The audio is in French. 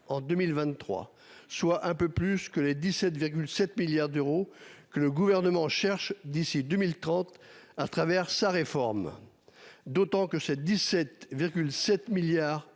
en 2023, soit un peu plus que les 17 7 milliards d'euros que le gouvernement cherche d'ici 2030 à travers sa réforme. D'autant que cette 17. 7 milliards